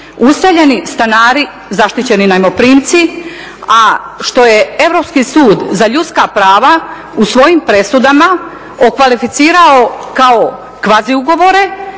useljeni stanari zaštićeni najmoprimci, a što je Europski sud za ljudska prava u svojim presudama okvalificirao kao kvazi ugovore